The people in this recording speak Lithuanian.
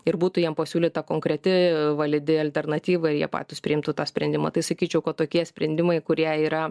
ir būtų jiem pasiūlyta konkreti validi alternatyva ir jie patys priimtų tą sprendimą tai sakyčiau kad tokie sprendimai kurie yra